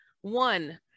one